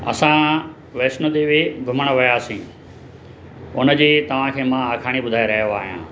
असां वैष्णो देवी घुमणु वियासीं हुनजी तव्हांखे मां आखाणी ॿुधाए रहियो आहियां